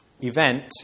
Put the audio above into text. event